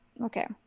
Okay